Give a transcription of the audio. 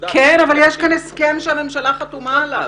אבל יש כאן הסכם שהממשלה חתומה עליו.